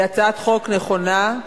היא הצעת חוק נכונה,